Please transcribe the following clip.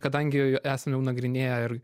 kadangi esam jau nagrinėję ir